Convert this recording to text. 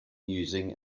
using